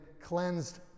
cleansed